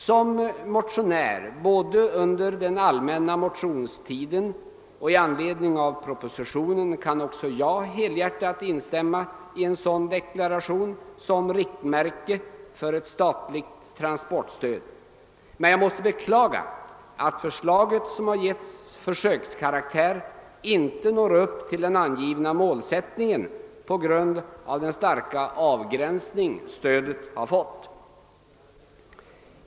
Som motionär både under den allmänna motionstiden och i anledning av propositionen kan också jag helhjärtat instämma i en sådan deklaration som riktmärke för ett statligt transportstöd. Men jag måste beklaga att förslaget, som har getts försökskaraktär, inte når upp till den angivna målsättningen på grund av den starka avgränsning som stödet har fått.